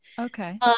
okay